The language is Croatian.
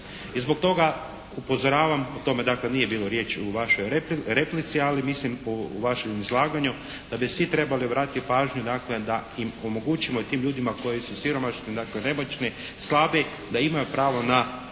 I zbog toga upozoravam, o tome dakle nije bilo riječi u vašoj replici ali mislim u vašem izlaganju da bi svi trebali obratiti pažnju da im omogućimo i tim ljudima koji su siromašni, nemoćni, slabi da imaju pravo na